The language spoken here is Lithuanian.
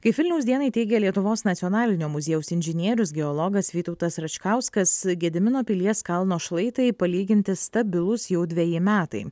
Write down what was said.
kaip vilniaus dienai teigė lietuvos nacionalinio muziejaus inžinierius geologas vytautas račkauskas gedimino pilies kalno šlaitai palyginti stabilus jau dveji metai